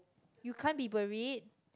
you can't be buried